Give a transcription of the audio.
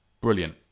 Brilliant